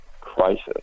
crisis